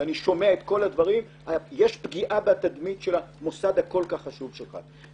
ואני שומע את כל הדברים היא פגיעה בתדמית של המוסד הכול כך חשוב שלך.